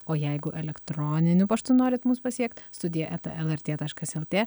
o jeigu elektroniniu paštu norit mus pasiekt studija eta lrt taškas lt